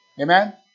Amen